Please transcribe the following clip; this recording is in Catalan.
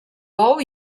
bou